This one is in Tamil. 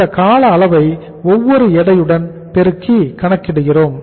இந்த கால அளவை ஒவ்வொரு எடையுடனும் பெருக்கி கணக்கிடுகிறோம்